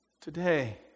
today